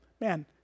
man